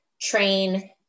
train